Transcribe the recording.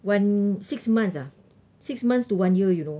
one six months ah six months to one year you know